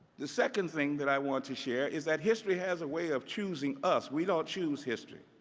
the second thing that i want to share is that history has a way of choosing us. we don't choose history.